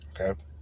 Okay